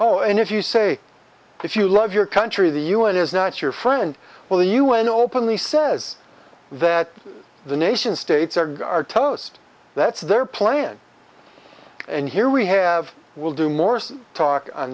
oh and if you say if you love your country the u n is not your friend well the u n openly says that the nation states are guard toast that's their plan and here we have will do morse talk on